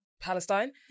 Palestine